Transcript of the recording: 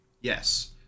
Yes